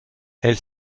elle